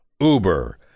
Uber